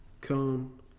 come